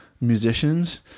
musicians